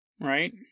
right